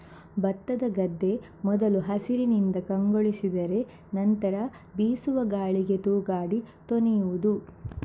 ಭತ್ತದ ಗದ್ದೆ ಮೊದಲು ಹಸಿರಿನಿಂದ ಕಂಗೊಳಿಸಿದರೆ ನಂತ್ರ ಬೀಸುವ ಗಾಳಿಗೆ ತೂಗಾಡಿ ತೊನೆಯುವುದು